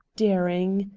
daring.